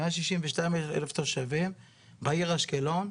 162 אלף תושבים בעיר אשקלון,